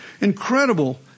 Incredible